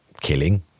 killing